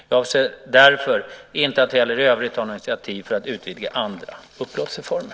Jag avser därför inte att heller i övrigt ta några initiativ för att utvidga antalet upplåtelseformer.